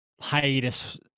hiatus